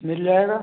मिल जाएगा